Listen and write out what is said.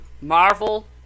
Marvel